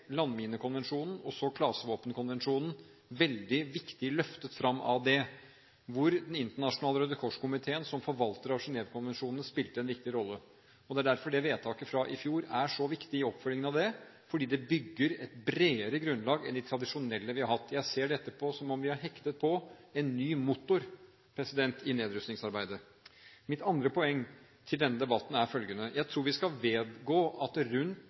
veldig viktig løftet fram av det, hvor Den internasjonale Røde Kors-komiteen som forvalter av Genève-konvensjonen spilte en viktig rolle. Det er derfor vedtaket fra i fjor er så viktig i oppfølgingen, fordi det bygger et bredere grunnlag enn det tradisjonelle vi har hatt. Jeg ser på dette som om vi har hektet på en ny motor i nedrustningsarbeidet. Mitt andre poeng til denne debatten er følgende: Jeg tror vi skal vedgå at rundt